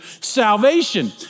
salvation